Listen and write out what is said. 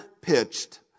pitched